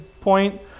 point